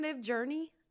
journey